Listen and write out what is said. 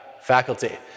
faculty